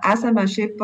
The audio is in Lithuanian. esame šiaip